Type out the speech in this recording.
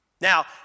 Now